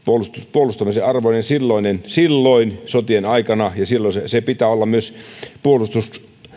puolustamisen arvoinen silloin sotien aikana ja sen pitää olla